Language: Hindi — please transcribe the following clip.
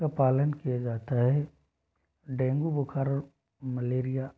का पालन किया जाता है डेंगू बुखार और मलेरिया